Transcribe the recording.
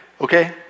okay